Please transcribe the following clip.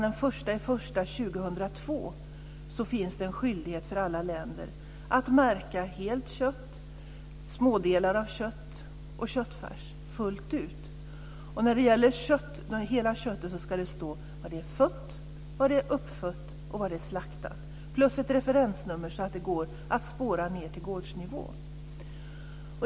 Det 1 januari 2002 införs det en skyldighet för alla länder att märka helt kött, smådelar av kött och köttfärs fullt ut. När det gäller det hela köttet ska det stå var djuret är fött, uppfött och slaktat. Dessutom ska det finnas ett referensnummer så att det går att spåra köttet ned till gårdsnivå.